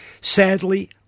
Sadly